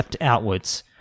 outwards